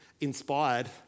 inspired